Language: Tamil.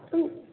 ம்